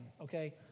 okay